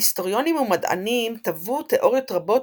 היסטוריונים ומדענים טוו תאוריות רבות